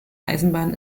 eisenbahn